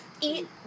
Eat